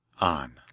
On